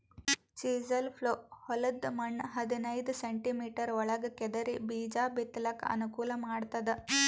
chisel plough ಹೊಲದ್ದ್ ಮಣ್ಣ್ ಹದನೈದ್ ಸೆಂಟಿಮೀಟರ್ ಒಳಗ್ ಕೆದರಿ ಬೀಜಾ ಬಿತ್ತಲಕ್ ಅನುಕೂಲ್ ಮಾಡ್ತದ್